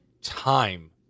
time